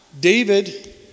David